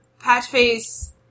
Patchface